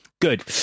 Good